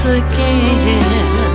again